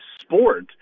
sport